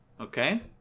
Okay